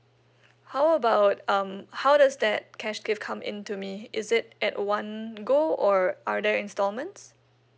how about um how does that cash gift come into me is it at one go or other installments